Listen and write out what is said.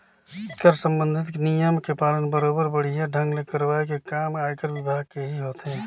कर संबंधित नियम के पालन बरोबर बड़िहा ढंग ले करवाये के काम आयकर विभाग केही होथे